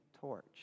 torch